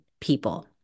people